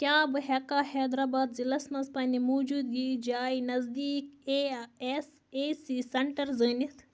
کیٛاہ بہٕ ہٮ۪کا حیدر آباد ضِلعس منٛز پنٛنہِ موجوٗدگی جایہِ نزدیٖک A S A C centre زٲنِتھ